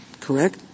Correct